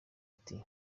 ati